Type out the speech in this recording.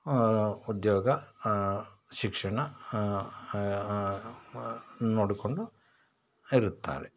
ಉದ್ಯೋಗ ಶಿಕ್ಷಣ ನೋಡಿಕೊಂಡು ಇರುತ್ತಾರೆ